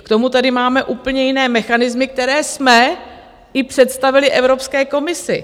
K tomu tady máme úplně jiné mechanismy, které jsme i představili Evropské komisi.